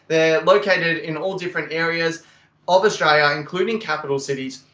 they're located in all different areas of australia including capital cities.